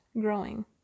growing